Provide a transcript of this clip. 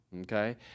Okay